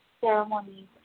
ceremonies